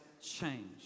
change